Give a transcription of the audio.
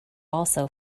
also